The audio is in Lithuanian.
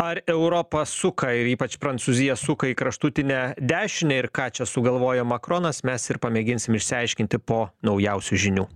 ar europa suka ir ypač prancūzija suka į kraštutinę dešinę ir ką čia sugalvojo makronas mes ir pamėginsim išsiaiškinti po naujausių žinių